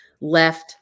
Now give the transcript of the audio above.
left